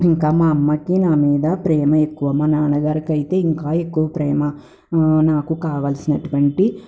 ఇంకా మా అమ్మకి నా మీద ప్రేమ ఎక్కువ మా నాన్నగారికైతే ఇంకా ఎక్కువ ప్రేమ నాకు కావాల్సినటువంటి